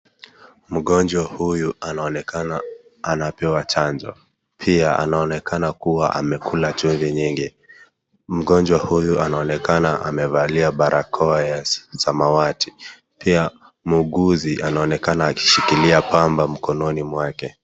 Mgonjwa huyu anaonekana anapewa canjo pia anaonekana kuwa amekula chumvi nyingi, mgonjwa huyu anaonekana amevalia barakoa ya samawati pia muuguzi anaonekana akishikilia pamba mkononi mwake.